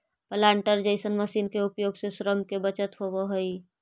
planter जईसन machine के उपयोग से श्रम के बचत होवऽ हई